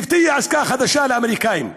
והבטיח עסקה חדשה לאמריקנים.